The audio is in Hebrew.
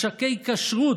מש"קי כשרות,